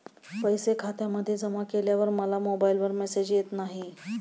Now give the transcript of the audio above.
पैसे खात्यामध्ये जमा केल्यावर मला मोबाइलवर मेसेज येत नाही?